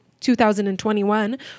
2021